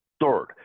Third